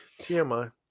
TMI